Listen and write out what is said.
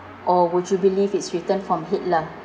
or would you believe it's written from hitler